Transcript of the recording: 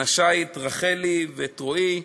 ואנשַי, רחלי ורועי,